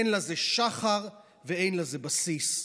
אין לזה שחר ואין לזה בסיס.